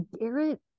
Garrett